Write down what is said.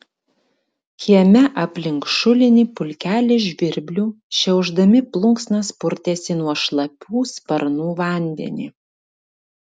kieme aplink šulinį pulkelis žvirblių šiaušdami plunksnas purtėsi nuo šlapių sparnų vandenį